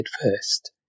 first